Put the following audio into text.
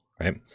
right